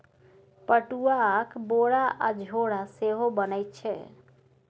पटुआक बोरा आ झोरा सेहो बनैत छै